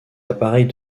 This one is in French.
appareils